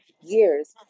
years